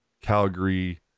Calgary